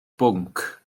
bwnc